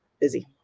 busy